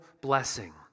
blessing